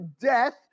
death